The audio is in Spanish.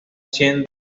siendo